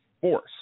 force